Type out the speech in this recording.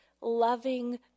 loving